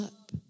up